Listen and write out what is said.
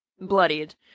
bloodied